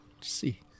See